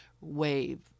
wave